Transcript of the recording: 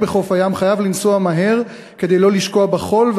בחוף הים חייב לנסוע מהר כדי לא לשקוע בחול,